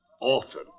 Often